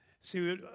See